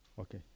Okay